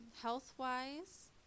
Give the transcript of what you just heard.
health-wise